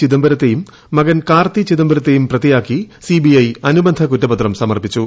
ചിദംബരത്തെയും മകൻ കാർത്തി ചിദംബരത്തെയും പ്രതിയാക്കി സിബിഐ അനുബന്ധ കൂറ്റപത്രം സമർപ്പിച്ചു